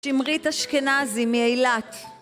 שמרית אשכנזי מאילת